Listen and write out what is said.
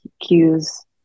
cues